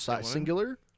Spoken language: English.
singular